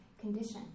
condition